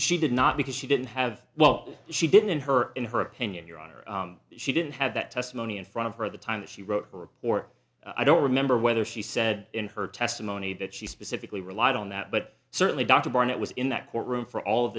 she did not because she didn't have well she didn't in her in her opinion your honor she didn't have that testimony in front of her at the time that she wrote her report i don't remember whether she said in her testimony that she specifically relied on that but certainly dr barnett was in that courtroom for all of